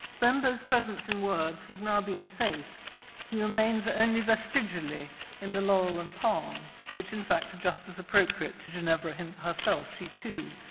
bembo's presence in words has now been effaced he remains only vestigially in the laurel and palm, which, in fact, are just as appropriate to ginevra herself. she, too,